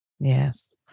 Yes